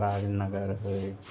Rajnagar